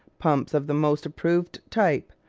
pumps of the most approved type,